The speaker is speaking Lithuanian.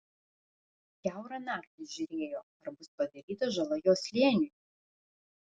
kiaurą naktį žiūrėjo ar bus padaryta žala jo slėniui